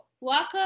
welcome